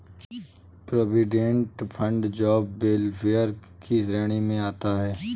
provident fund job welfare की श्रेणी में आता है